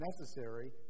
necessary